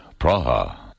Praha